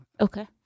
Okay